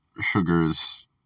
sugars